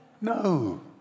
No